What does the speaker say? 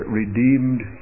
redeemed